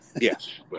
Yes